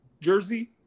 jersey